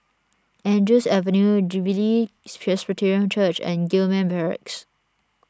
Andrews Avenue Jubilee Presbyterian Church and Gillman Barracks